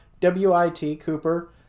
W-I-T-Cooper